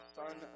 son